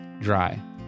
dry